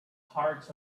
hearts